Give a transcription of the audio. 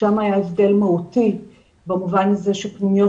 שם היה הבדל מהותי במובן הזה שפנימיות